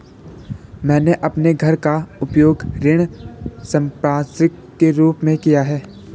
मैंने अपने घर का उपयोग ऋण संपार्श्विक के रूप में किया है